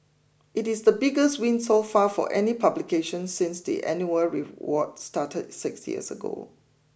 it is the biggest win so far for any publication since the annual reward started six years ago